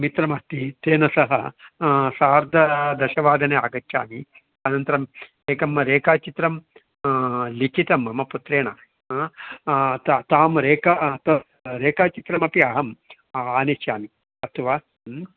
मित्रमस्ति तेन सह सार्धदशवादने आगच्छामि अनन्तरम् एकं रेखाचित्रं लिखितं मम पुत्रेण त तां रेखा रेखाचित्रमपि अहम् आनिष्यामि अस्तु वा ह्म्